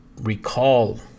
recall